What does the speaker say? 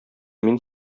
мин